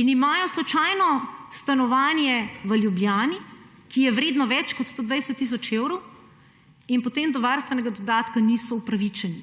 in imajo slučajno stanovanje v Ljubljani, ki je vredno več kot 120 tisoč evrov; in potem do varstvenega dodatka niso upravičeni.